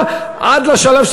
עד לשלב,